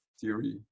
theory